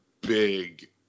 big